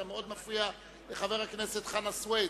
אתה מאוד מפריע לחבר הכנסת חנא סוייד.